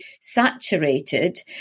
saturated